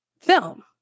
film